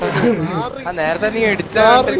navigate down